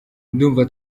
ndumva